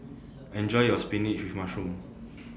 Enjoy your Spinach with Mushroom